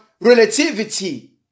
relativity